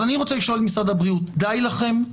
אז אני רוצה לשאול את משרד הבריאות: די לכם?